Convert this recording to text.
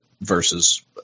versus